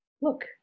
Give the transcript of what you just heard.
look